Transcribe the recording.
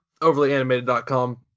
overlyanimated.com